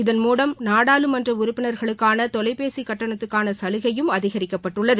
இதன் நாடாளுமன்ற உறுப்பினர்களுக்கான தொலைபேசி கட்டணத்துக்கான சலுகையும் மூலம் அதிகரிக்கப்பட்டுள்ளது